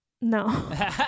No